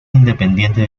independiente